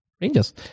Rangers